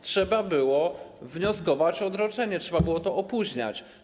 Trzeba było wnioskować o odroczenie, trzeba było to opóźniać.